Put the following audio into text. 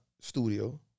studio